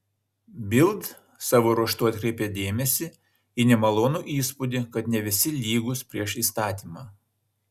bild savo ruožtu atkreipė dėmesį į nemalonų įspūdį kad ne visi lygūs prieš įstatymą